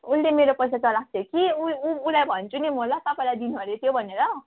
उसले मेरो पैसा चलाएको थियो कि ऊ उसलाई भन्छु नि म ल तपाईँलाई दिनु अरे त्यो भनेर